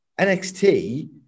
NXT